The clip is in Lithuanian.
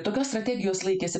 tokios strategijos laikėsi